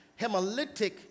hemolytic